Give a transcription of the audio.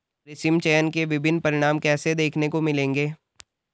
कृत्रिम चयन के विभिन्न परिणाम कैसे देखने को मिलेंगे?